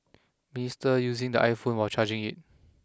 minister using the iPhone while charging it